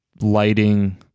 lighting